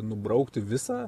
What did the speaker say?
nubraukti visą